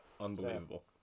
unbelievable